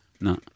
No